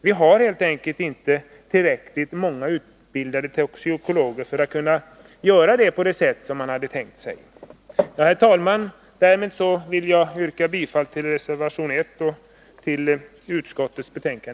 Vi har helt enkelt inte tillräckligt många utbildade toxikologer för att kunna få 69 den informationsservice som man tänkt sig. Herr talman! Med detta vill jag yrka bifall till reservation 1 och i övrigt till utskottets hemställan.